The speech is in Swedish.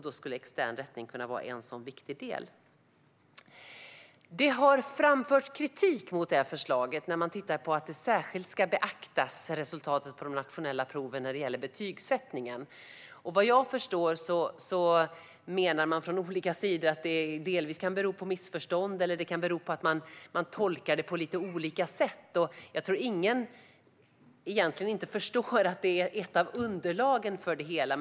Då skulle extern rättning kunna vara en sådan viktig del. Det har framförts kritik mot förslaget när det gäller att resultatet på de nationella proven särskilt ska beaktas vid betygssättningen. Vad jag förstår menar man från olika sidor att det delvis kan bero på missförstånd eller på att man tolkar det på lite olika sätt. Jag tror inte att inte någon förstår att det är ett av underlagen för det hela.